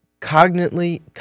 cognitively